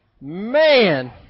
Man